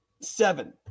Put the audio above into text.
seven